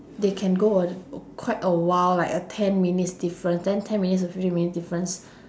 they can go a quite a while like a ten minutes difference then ten minutes or fifteen minute difference